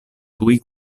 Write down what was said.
tuj